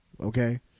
okay